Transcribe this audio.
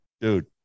dude